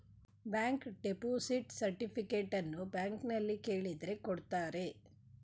bank deposit ಸರ್ಟಿಫಿಕೇಟನ್ನು ಬ್ಯಾಂಕ್ನಲ್ಲಿ ಕೇಳಿದ್ರೆ ಕೊಡ್ತಾರೆ